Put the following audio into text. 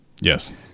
Yes